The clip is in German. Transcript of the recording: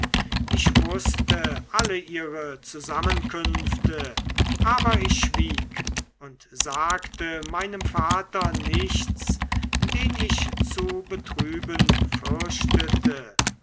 ich wußte alle ihre zusammenkünfte aber ich schwieg und sagte meinem vater nichts den ich zu betrüben